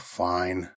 fine